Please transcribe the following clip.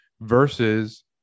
versus